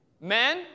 Men